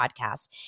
podcast